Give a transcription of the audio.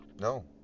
no